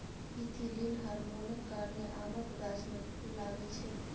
ethylene हार्मोनक कारणेँ आमक गाछ मे फुल लागय छै